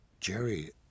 jerry